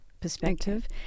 perspective